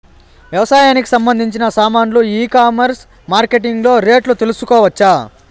వ్యవసాయానికి సంబంధించిన సామాన్లు ఈ కామర్స్ మార్కెటింగ్ లో రేట్లు తెలుసుకోవచ్చా?